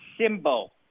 symbol